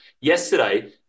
yesterday